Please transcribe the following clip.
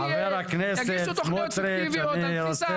יגישו תכניות פיקטיביות --- חבר הכנסת סמוטריץ' אני רוצה